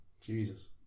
Jesus